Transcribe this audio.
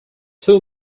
two